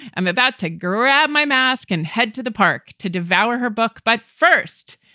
i'm about to grab my mask and head to the park to devour her book. but first,